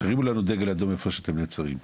שיפנה פעם